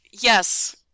yes